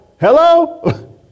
hello